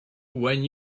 when